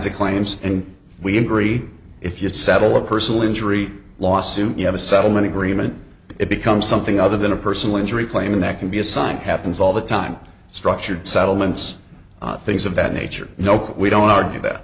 of claims and we agree if you settle a personal injury lawsuit you have a settlement agreement it becomes something other than a personal injury claim that can be assigned happens all the time structured settlements things of that nature you know we don't argue that